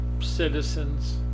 citizens